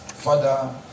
Father